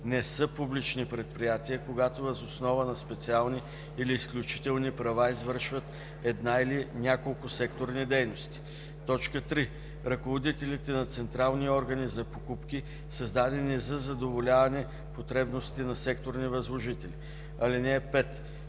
не са публични предприятия, когато въз основа на специални или изключителни права извършват една или няколко секторни дейности; 3. ръководителите на централни органи за покупки, създадени за задоволяване потребности на секторни възложители. (5)